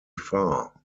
far